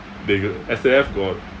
they g~ S_A_F got